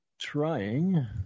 Trying